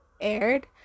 aired